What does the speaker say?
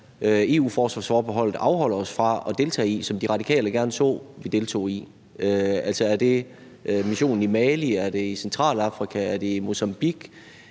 EU-forsvarsforbeholdet afholder os fra at deltage i, og som De Radikale gerne så at vi deltog i. Er det i missionen i Mali, er det i Centralafrika, er det i Mozambique,